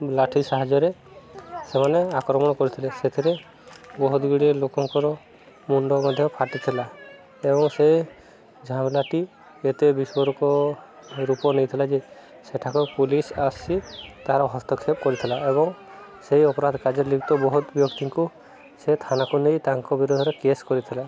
ଲାଠି ସାହାଯ୍ୟରେ ସେମାନେ ଆକ୍ରମଣ କରିଥିଲେ ସେଥିରେ ବହୁତ ଗୁଡ଼ିଏ ଲୋକଙ୍କର ମୁଣ୍ଡ ମଧ୍ୟ ଫାଟିଥିଲା ଏବଂ ସେ ଝାମଲାଟି ଏତେ ବିଶ୍ୱ ରୂପ ନେଇଥିଲା ଯେ ସେଠାକୁ ପୋଲିସ୍ ଆସି ତାର ହସ୍ତକ୍ଷେପ କରିଥିଲା ଏବଂ ସେଇ ଅପରାଧ କାର୍ଯ୍ୟ ଲିପ୍ତ ବହୁତ ବ୍ୟକ୍ତିଙ୍କୁ ସେ ଥାନାକୁ ନେଇ ତାଙ୍କ ବିରୋଧରେ କେସ୍ କରିଥିଲା